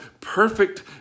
perfect